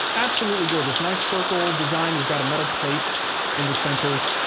absolutely gorgeous. nice circle design, he's got a metal plate in the center.